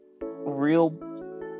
real